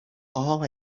all